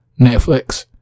Netflix